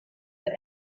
that